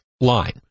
Line